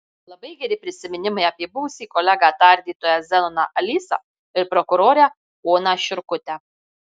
labai geri prisiminimai apie buvusį kolegą tardytoją zenoną alysą ir prokurorę oną šiurkutę